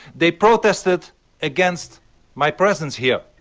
they protested against my presence here,